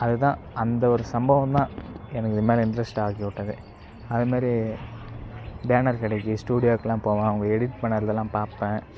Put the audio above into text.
அது தான் அந்த ஒரு சம்பவம் தான் எனக்கு இதுமேலே இன்ட்ரஸ்ட் ஆக்கிவிட்டதே அதுமாதிரி பேனர் கடைக்கு ஸ்டூடியோக்குலாம் போவேன் அவங்க எடிட் பண்ணுகிறதெல்லாம் பார்ப்பேன்